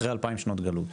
אחרי 2,000 שנות גלות.